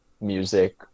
music